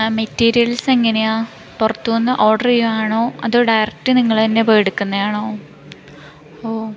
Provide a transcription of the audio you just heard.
materials എങ്ങനെയാണ് പുറത്തുനിന്ന് order ചെയ്യുവാണോ അതോ ഡയറക്റ്റ് നിങ്ങൾ തന്നെ പോയി എടുക്കുന്നതാണോ ഓ